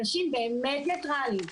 אנשים באמת ניטראליים,